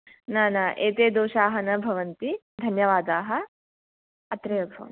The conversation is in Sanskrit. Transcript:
न न एते दोषाः न भवन्ति धन्यवादाः अत्रैव भवन्तु